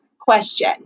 question